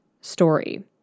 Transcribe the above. story